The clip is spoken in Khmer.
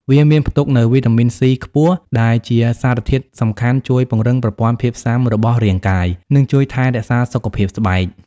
វាមានផ្ទុកនូវ វីតាមីន ស៊ី ខ្ពស់ ដែលជាសារធាតុសំខាន់ជួយពង្រឹងប្រព័ន្ធភាពស៊ាំរបស់រាងកាយ និងជួយថែរក្សាសុខភាពស្បែក។